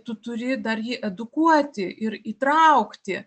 tu turi dar jį edukuoti ir įtraukti